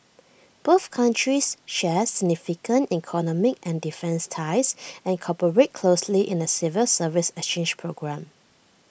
both countries share significant economic and defence ties and cooperate closely in A civil service exchange programme